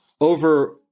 over